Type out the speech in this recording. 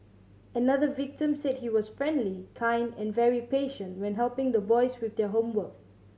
another victim said he was friendly kind and very patient when helping the boys with their homework